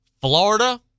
Florida